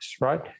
right